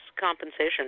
Compensation